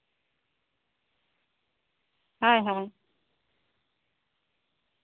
ᱦᱳᱭ ᱦᱳᱭ